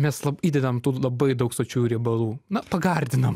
mes lab įdedam daug labai daug sočiųjų riebalų na pagardinam